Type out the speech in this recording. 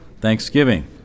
Thanksgiving